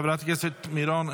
חברת הכנסת מירון,